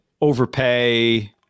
overpay